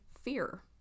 fear